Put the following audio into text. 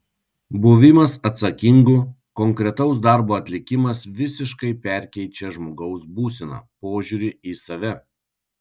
buvimas atsakingu konkretaus darbo atlikimas visiškai perkeičią žmogaus būseną požiūrį į save